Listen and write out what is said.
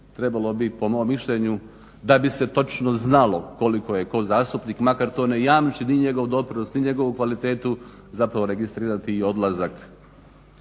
Trebalo bi, po mom mišljenju, da bi se točno znalo koliko je tko zastupnik makar to ne jamči ni njegov doprinos, ni njegovu kvalitetu, zapravo registrirati i odlazak